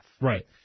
Right